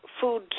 food